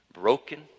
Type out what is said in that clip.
broken